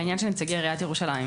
לעניין של נציגי עיריית ירושלים.